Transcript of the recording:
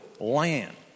land